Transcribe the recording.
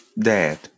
dad